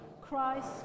Christ